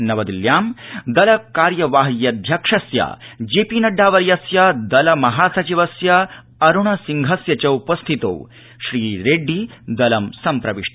नवदिल्ल्यां दल ार्यवाह्यध्यक्षस्य जेपीनड्डा वर्यस्य दल महासचिवस्य अरुण सिंहस्य च उपस्थितौ श्री रेड्डी दलं सम्प्रविष्ट